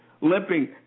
limping